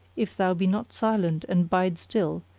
if thou be not silent and bide still,